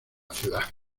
ciudad